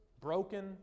broken